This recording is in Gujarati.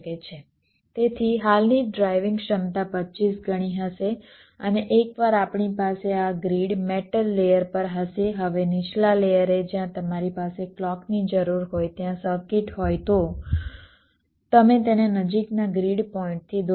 તેથી હાલની ડ્રાઇવિંગ ક્ષમતા 25 ગણી હશે અને એકવાર આપણી પાસે આ ગ્રીડ મેટલ લેયર પર હશે હવે નીચલા લેયરે જ્યાં તમારી પાસે ક્લૉકની જરૂર હોય ત્યાં સર્કિટ હોય તો તમે તેને નજીકના ગ્રીડ પોઇન્ટથી દોરો